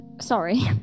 Sorry